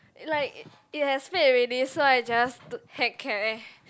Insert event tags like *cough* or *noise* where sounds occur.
like it has fade already so I just *noise* heck care